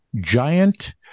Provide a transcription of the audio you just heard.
giant